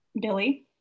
Billy